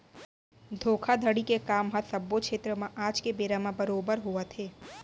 धोखाघड़ी के काम ह सब्बो छेत्र म आज के बेरा म बरोबर होवत हे